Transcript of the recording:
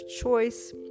choice